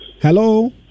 Hello